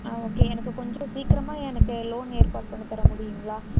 ஆ okay எனக்கு கொஞ்சம் சீக்கிரமாக எனக்கு லோன் ஏற்பாடு பண்ணித் தர முடியுங்களா